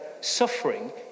Suffering